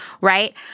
right